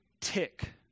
tick